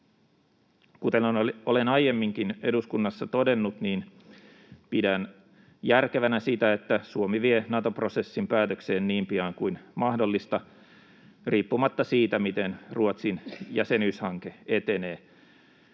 Kuten olen aiemminkin eduskunnassa todennut, pidän järkevänä siitä, että Suomi vie Nato-prosessin päätökseen niin pian kuin mahdollista riippumatta siitä, miten Ruotsin jäsenyyshanke etenee.